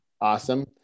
Awesome